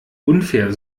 unfair